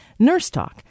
nursetalk